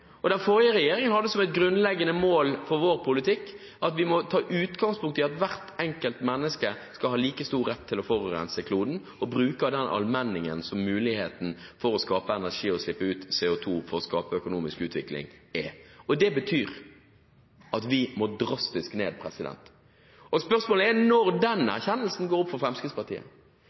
innbygger. Den forrige regjeringen hadde som et grunnleggende mål for sin politikk at vi må ta utgangspunkt i at hvert enkelt menneske skal ha like stor rett til å forurense kloden, og bruker den allmenningen som muligheten for å skape energi og slippe ut CO2 for å skape økonomisk utvikling, er. Det betyr at vi må drastisk ned. Spørsmålet er når den erkjennelsen går opp for Fremskrittspartiet.